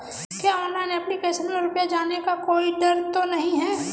क्या online application में रुपया जाने का कोई डर तो नही है?